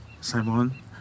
Simon